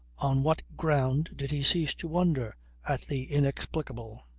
on what ground did he cease to wonder at the inexplicable?